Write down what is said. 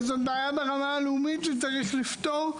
זאת בעיה שצריך לפתור ברמה הלאומית,